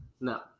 no